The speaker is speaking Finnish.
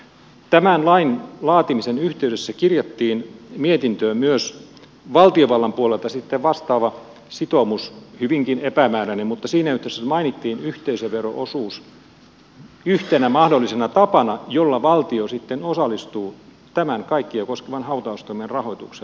tämän lain laatimisen yhteydessä kirjattiin mietintöön myös valtiovallan puolelta vastaava sitoumus hyvinkin epämääräinen mutta siinä yhteydessä mainittiin yhteisövero osuus yhtenä mahdollisena tapana jolla valtio osallistuu tämän kaikkia koskevan hautaustoimen rahoitukseen